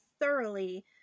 thoroughly